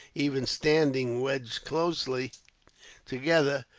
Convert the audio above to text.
even standing wedged closely together,